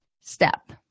step